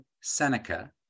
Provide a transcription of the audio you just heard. Seneca